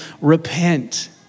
repent